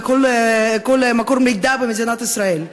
בכל מקור מידע במדינת ישראל.